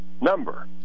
number